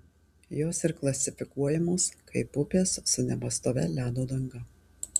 jos ir klasifikuojamos kaip upės su nepastovia ledo danga